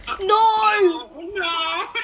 No